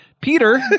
peter